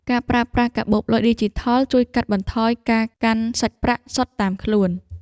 ការប្រើប្រាស់កាបូបលុយឌីជីថល ជួយកាត់បន្ថយការកាន់សាច់ប្រាក់សុទ្ធតាមខ្លួន។